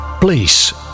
Please